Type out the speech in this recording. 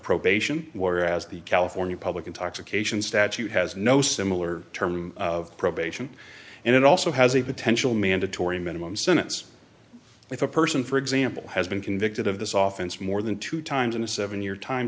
probation whereas the california public intoxication statute has no similar term of probation and it also has a potential mandatory minimum sentence if a person for example has been convicted of this office more than two times in a seven year time